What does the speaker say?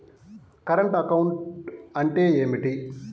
Current account అంటే ఏమిటి?